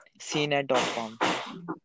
cnet.com